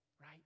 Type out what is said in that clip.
right